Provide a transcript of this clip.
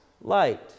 light